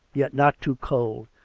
yet not too cold,